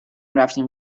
رفتیم